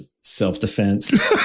self-defense